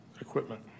equipment